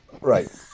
Right